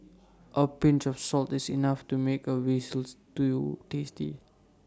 A pinch of salt is enough to make A Veal Stew tasty